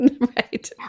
Right